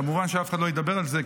כמובן שאף אחד לא ידבר על זה,